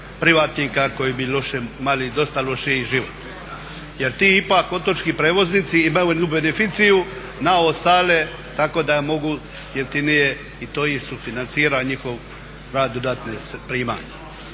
privatnika koji bi imali dosta lošiji život, jer ti ipak otočki prijevoznici imaju jednu beneficiju na ostale tako da mogu jeftinije i to i sufinancira njihov rad … primanja.